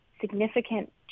significant